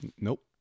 Nope